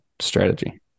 strategy